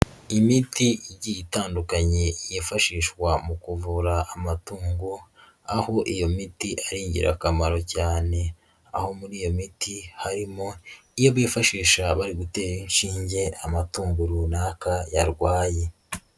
Imiti igiye itandukanye yifashishwa mu kuvura amatungo, aho iyo miti ari ingirakamaro cyane aho muri iyo miti harimo iyo bifashisha bari gutera inshinge amatungo runaka yarwaye.